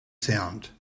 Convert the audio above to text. sound